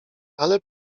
ale